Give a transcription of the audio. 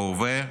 בהווה,